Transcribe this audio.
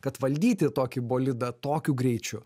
kad valdyti tokį bolidą tokiu greičiu